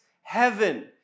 heaven